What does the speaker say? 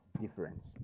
difference